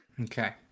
Okay